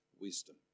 wisdom